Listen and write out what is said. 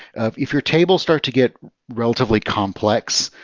if your tables start to get relatively complex,